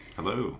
Hello